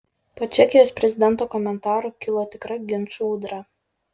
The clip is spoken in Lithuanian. po čekijos prezidento komentarų kilo tikra ginčų audra